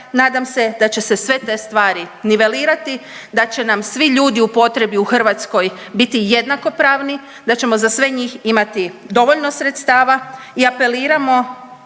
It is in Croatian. Nadam se da će se sve te stvari nivelirati, da će nam svi ljudi u potrebi u Hrvatskoj biti jednakopravni, da ćemo za sve njih imati dovoljno sredstava i apeliramo